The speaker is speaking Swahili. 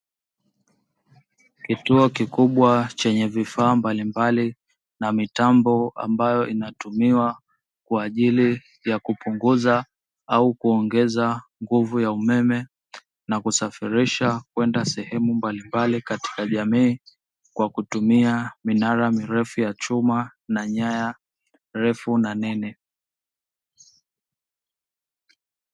Kituo kikubwa chenye vifaa mbalimbali na mitambo ambayo inatumiwa kwa ajili ya kupunguza au kuongeza nguvu ya umeme, na kusafirisha kwenda sehemu mbalimbali katika jamii kwa kutumia minara mirefu ya chuma na nyaya refu na nene.